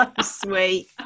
sweet